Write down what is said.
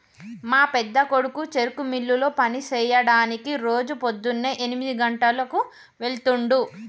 మా పెద్దకొడుకు చెరుకు మిల్లులో పని సెయ్యడానికి రోజు పోద్దున్నే ఎనిమిది గంటలకు వెళ్తుండు